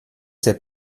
c’est